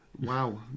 Wow